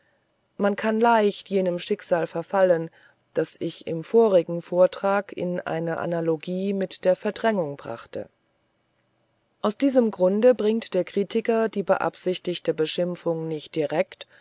man kann leicht jenem schicksal verfallen das ich im vorigen vortrag in eine analogie mit der verdrängung brachte aus diesem grunde bringt der kritiker die beabsichtigte beschimpfung nicht direkt